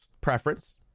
Preference